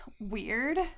weird